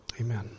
Amen